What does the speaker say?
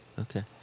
okay